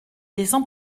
descend